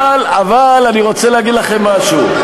אבל אני רוצה להגיד לכם משהו,